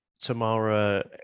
Tamara